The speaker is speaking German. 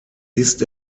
ist